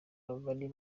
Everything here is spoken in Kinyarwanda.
bari